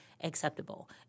acceptable